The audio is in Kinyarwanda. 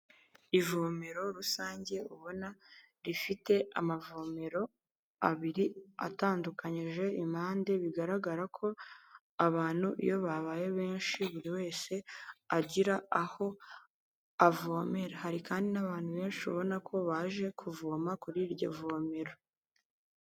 Ivomero rusange ubona rifite amavomero abiri atandukanyije impande bigaragara ko abantu iyo babaye benshi buri wese agira aho avomera, hari kandi n'abantu benshi ubona ko baje kuvoma kuri iryo vomero.